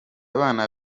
abana